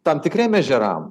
tam tikriem ežeram